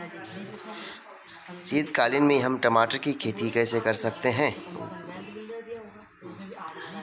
शीतकालीन में हम टमाटर की खेती कैसे कर सकते हैं?